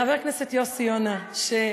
חבר הכנסת יוסי יונה,